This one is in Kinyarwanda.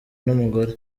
n’umugore